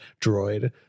droid